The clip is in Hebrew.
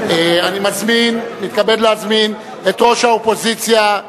אני מתכבד להזמין את ראש האופוזיציה,